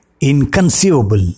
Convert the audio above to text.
inconceivable